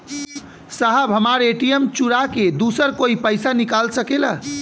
साहब हमार ए.टी.एम चूरा के दूसर कोई पैसा निकाल सकेला?